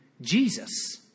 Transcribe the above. Jesus